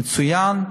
מצוין,